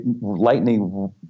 lightning